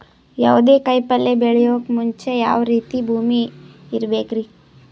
ಯಾವುದೇ ಕಾಯಿ ಪಲ್ಯ ಬೆಳೆಯೋಕ್ ಮುಂಚೆ ಯಾವ ರೀತಿ ಭೂಮಿ ಇರಬೇಕ್ರಿ?